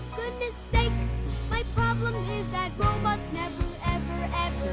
goodness sake my problem is that robots never ever,